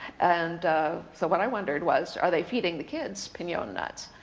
and so what i wondered was, are they feeding the kids pinon nuts?